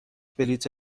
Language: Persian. بلیت